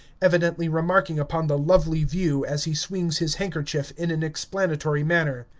evidently remarking upon the lovely view, as he swings his handkerchief in an explanatory manner.